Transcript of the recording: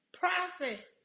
process